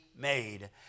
made